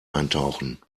eintauchen